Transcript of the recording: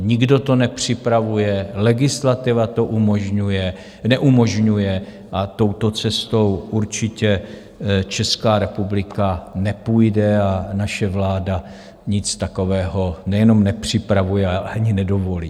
Nikdo to nepřipravuje, legislativa to neumožňuje, touto cestou určitě Česká republika nepůjde a naše vláda nic takového nejenom nepřipravuje, ale ani nedovolí.